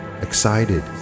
excited